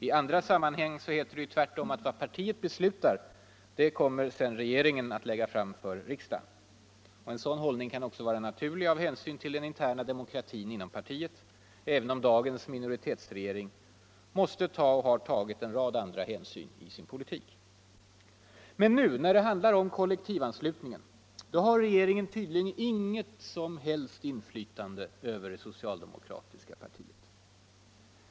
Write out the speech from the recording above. I andra sammanhang heter det tvärtom att vad partiet beslutar kommer sedan re 37 geringen att lägga fram för riksdagen. En sådan hållning kan också vara naturlig av hänsyn till den interna demokratin inom partiet — även om dagens minoritetsregering måste ta, och har tagit, en rad andra hänsyn i sin politik. Men nu när det handlar om kollektivanslutningen har regeringen tydligen inget som helst inflytande över det socialdemokratiska partiet.